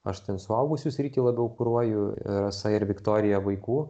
aš ten suaugusių sritį labiau kuruoju rasa ir viktorija vaikų